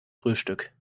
frühstück